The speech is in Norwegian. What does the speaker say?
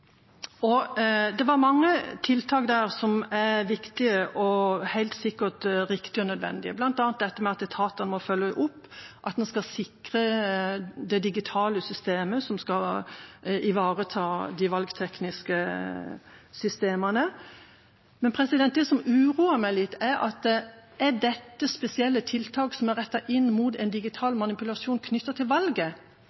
Det var mange tiltak der som er viktige og helt sikkert riktige og nødvendige, bl.a. at etatene må følge opp at vi skal sikre det digitale systemet som skal ivareta de valgtekniske systemene. Det som uroer meg litt, er: Er dette spesielle tiltak som er rettet inn mot en digital